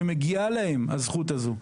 שמגיעה להם הזכות הזאת.